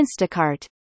Instacart